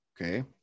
okay